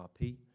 RP